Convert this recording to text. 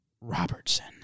robertson